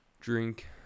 Drink